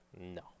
No